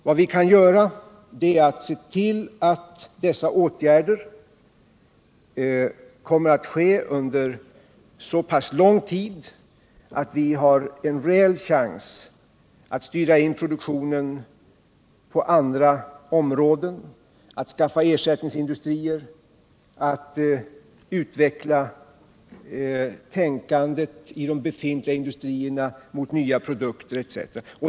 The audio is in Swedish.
Vad vi kan göra är att se till att dessa åtgärder kommer att vidtas under så pass lång tid att vi har en reell chans att styra in produktionen på andra områden, att skaffa ersättningsindustrier, att utveckla tänkandet i de befintliga industrierna mot nya produkter etc.